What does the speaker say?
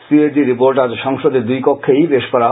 CAG report আজ সংসদের দুই কক্ষেই পেশ করা হয়